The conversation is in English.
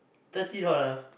thirty dollar